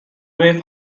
way